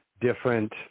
different